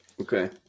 Okay